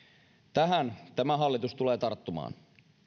tähän tämä hallitus tulee tarttumaan